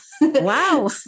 Wow